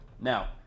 now